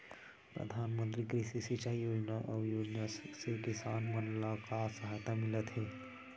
प्रधान मंतरी कृषि सिंचाई योजना अउ योजना से किसान मन ला का सहायता मिलत हे?